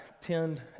tend